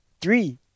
three